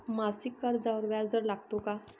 मासिक कर्जावर व्याज दर लागतो का?